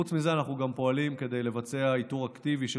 חוץ מזה אנחנו גם פועלים כדי לבצע איתור אקטיבי של